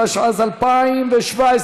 התשע"ז 2017,